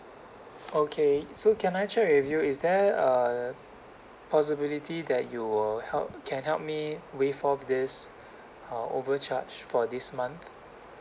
okay so can I check with you is there uh possibility that you will help can help me waive off this uh overcharge for this month